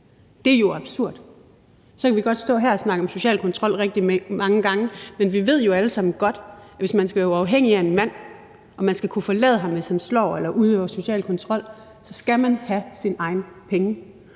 Det er jo absurd, og så kan vi godt stå her og snakke om social kontrol rigtig mange gange, men vi ved jo alle sammen godt, at man, hvis man skal være uafhængig af en mand og man skal kunne forlade ham, hvis han slår eller udøver social kontrol, så skal have sine egne penge,